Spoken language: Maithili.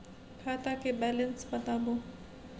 खाता के बैलेंस बताबू?